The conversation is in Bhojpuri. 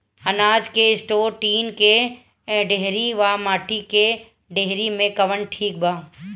अनाज के स्टोर टीन के डेहरी व माटी के डेहरी मे कवन ठीक बा?